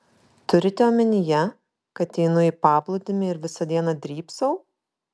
turite omenyje kad einu į paplūdimį ir visą dieną drybsau